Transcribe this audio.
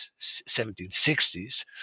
1760s